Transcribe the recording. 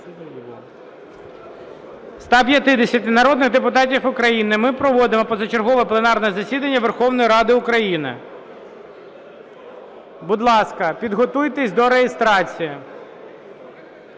150 народних депутатів України ми проводимо позачергове пленарне засідання Верховної Ради України. Будь ласка, підготуйтесь до реєстрації.